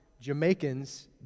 Jamaicans